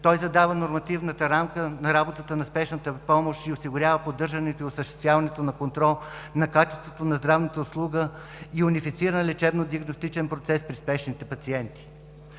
– задава нормативната рамка на работа на спешната помощ и осигурява поддържането и осъществяването на контрол на качеството на здравната услуга, и унифицира лечебно-диагностичния процес при спешните пациенти.